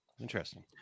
Interesting